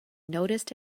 noticed